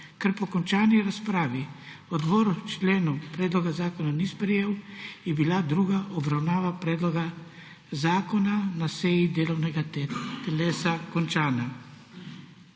Ker po končani razpravi odbor členov predloga zakona ni sprejel, je bila druga obravnava predloga zakona na seji delovnega telesa končana.